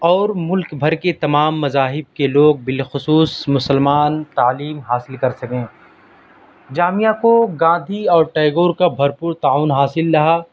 اور ملک بھر کے تمام مذاہب کے لوگ بالخصوص مسلمان تعلیم حاصل کر سکیں جامعہ کو گاندھی اور ٹیگور کا بھرپور تعاون حاصل رہا